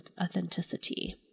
authenticity